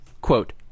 quote